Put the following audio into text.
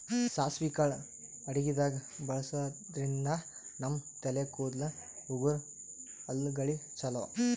ಸಾಸ್ವಿ ಕಾಳ್ ಅಡಗಿದಾಗ್ ಬಳಸಾದ್ರಿನ್ದ ನಮ್ ತಲೆ ಕೂದಲ, ಉಗುರ್, ಹಲ್ಲಗಳಿಗ್ ಛಲೋ